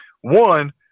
One